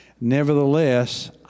Nevertheless